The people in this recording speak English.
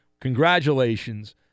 Congratulations